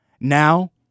Now